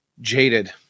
jaded